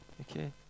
Okay